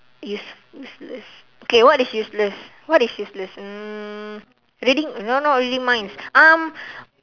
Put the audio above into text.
is useless okay what is useless what is useless mm reading no not reading minds um